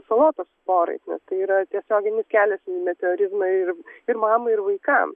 salotos porai nes tai yra tiesioginis kelias į meteorizmą ir ir mamai ir vaikam